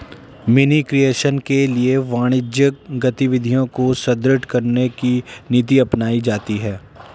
money creation के लिए वाणिज्यिक गतिविधियों को सुदृढ़ करने की नीति अपनाई जाती है